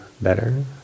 better